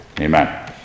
Amen